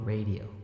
Radio